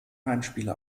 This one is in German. heimspiele